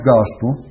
Gospel